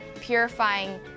purifying